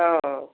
ହଁ